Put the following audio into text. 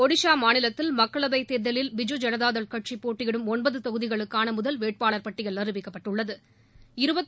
ஒடிசா மாநிலத்தில் மக்களவைத் தேர்தலில் பிஜூ ஜனதாதள் கட்சி போட்டியிடும் ஒன்பது தொகுதிகளுக்கான முதல் வேட்பாளர் பட்டியல் அறிவிக்கப்பட்டுள்ளது